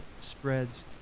spreads